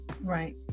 Right